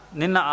nina